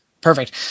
perfect